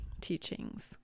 teachings